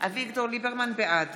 בעד